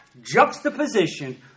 juxtaposition